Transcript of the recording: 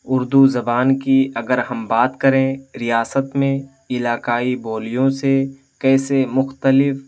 اردو زبان کی اگر ہم بات کریں ریاست میں علاقائی بولیوں سے کیسے مختلف